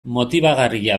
motibagarria